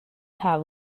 have